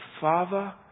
Father